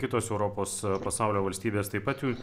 kitos europos pasaulio valstybės taip pat jų